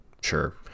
sure